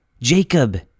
Jacob